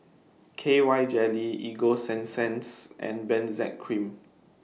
K Y Jelly Ego Sunsense and Benzac Cream